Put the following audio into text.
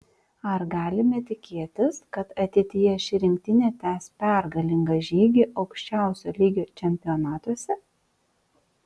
ar galime tikėtis kad ateityje ši rinktinė tęs pergalingą žygį aukščiausio lygio čempionatuose